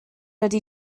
ydy